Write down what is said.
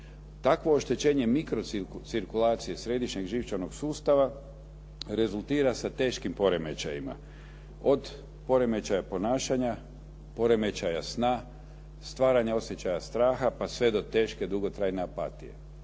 Takvo oštećenje mikro cirkulacije središnjeg živčanog sustava rezultira sa teškim poremećajima od poremećaja ponašanja, poremećaja sna, stvaranja osjećaja straha, pa sve do teške dugotrajne apatije.